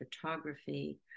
Photography